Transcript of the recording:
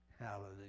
Hallelujah